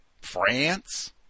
France